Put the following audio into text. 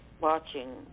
Watching